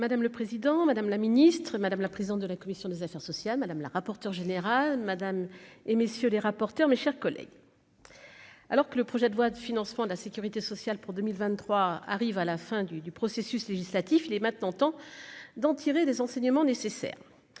Madame le président, madame la ministre, madame la présidente de la commission des affaires sociales, madame la rapporteure générale, Madame et messieurs les rapporteurs, mes chers collègues. Alors que le projet de loi de financement de la Sécurité sociale pour 2023 arrive à la fin du du processus législatif, il est maintenant temps d'en tirer des enseignements nécessaires